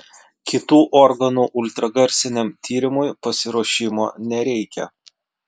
kitų organų ultragarsiniam tyrimui pasiruošimo nereikia